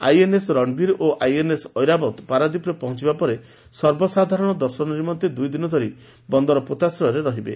INS Ranvir ଓ INS Airavat ପାରାଦ୍ୱୀପରେ ପହଞ୍ ସର୍ବସାଧାରଣ ଦର୍ଶନ ନିମନ୍ତେ ଦୁଇ ଦିନ ଧରି ବନ୍ଦର ପୋତାଶ୍ରୟରେ ରହିବେ